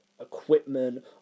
equipment